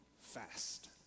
fast